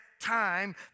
time